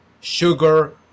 sugar